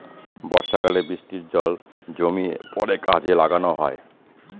বর্ষাকালে বৃষ্টির জল জমিয়ে পরে কাজে লাগানো হয়